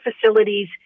facilities